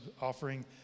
offering